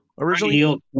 originally